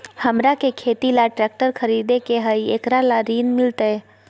हमरा के खेती ला ट्रैक्टर खरीदे के हई, एकरा ला ऋण मिलतई?